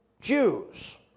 Jews